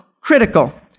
critical